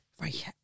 Right